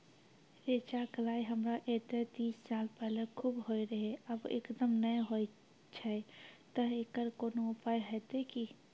रेचा, कलाय हमरा येते तीस साल पहले खूब होय रहें, अब एकदम नैय होय छैय तऽ एकरऽ कोनो उपाय हेते कि?